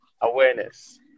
awareness